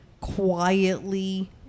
quietly